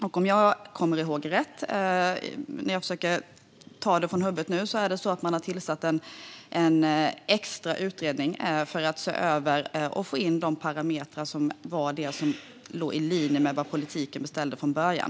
Om jag kommer ihåg rätt, när jag nu försöker ta det från huvudet, har man tillsatt en extra utredning för att se över detta och få in de parametrar som låg i linje med vad politiken beställde från början.